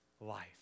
life